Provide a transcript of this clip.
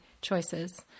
choices